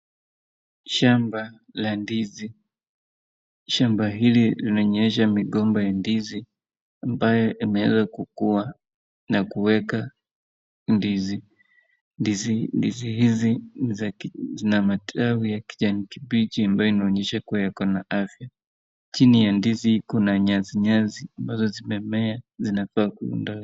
Shamba la ndizi. Shamba hili limemeesha migomba ya ndizi ambaye imeanza kukuwa na kuweka ndizi. Ndizi hizi zina matawi ya kijani kibichi ambayo inaonyesha kuwa kuna afya. Chini ya ndizi kuna nyasi nyasi ambazo zimemea, zinafaa kuondolewa.